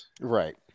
Right